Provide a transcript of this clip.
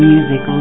Music